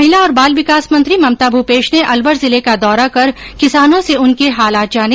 महिला और बाल विकास मंत्री ममता भूपेश ने अलवर जिले का दौरा कर किसानों से उनके हालात जाने